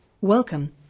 Welcome